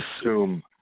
assume